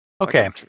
okay